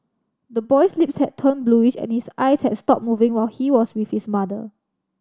the boy's lips had turned bluish and his eyes had stopped moving while he was with his mother